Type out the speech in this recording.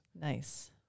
Nice